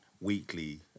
weekly